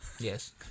Yes